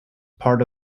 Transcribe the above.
part